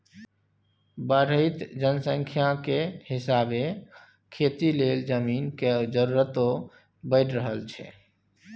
बढ़इत जनसंख्या के हिसाबे खेती लेल जमीन के जरूरतो बइढ़ रहल छइ